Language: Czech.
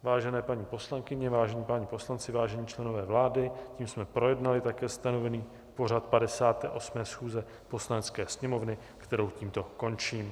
Vážené paní poslankyně, vážení páni poslanci, vážení členové vlády, tím jsme projednali také stanovený pořad 58. schůze Poslanecké sněmovny, kterou tímto končím.